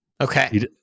Okay